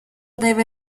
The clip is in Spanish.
debe